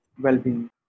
well-being